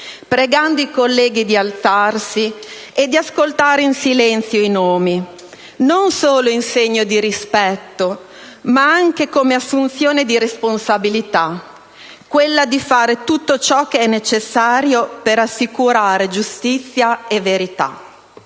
pregando i colleghi di alzarsi e di ascoltare in silenzio i nomi, non solo in segno di rispetto, ma anche come assunzione di una responsabilità: quella di fare tutto ciò che è necessario per assicurare giustizia e verità.